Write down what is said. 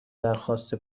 درخواست